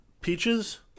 peaches